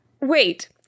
Wait